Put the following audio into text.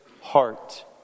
heart